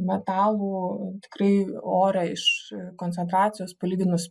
metalų tikrai ore iš koncentracijos palyginus